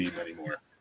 anymore